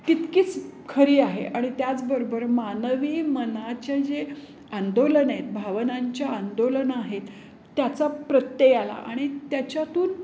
तितकीच खरी आहे आणि त्याच बरोबर मानवी मनाचे जे आंदोलन आहेत भावनांच्या आंदोलनं आहेत त्याचा प्रत्यय आला आणि त्याच्यातून